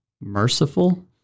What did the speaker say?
merciful